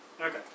okay